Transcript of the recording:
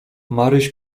maryś